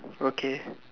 okay